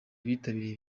bitabiriye